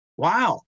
Wow